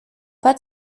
pas